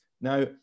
Now